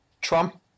Trump